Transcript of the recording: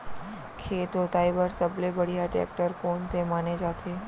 खेत जोताई बर सबले बढ़िया टेकटर कोन से माने जाथे?